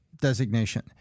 designation